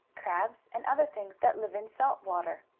crabs and other things that live in salt water.